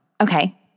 Okay